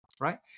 Right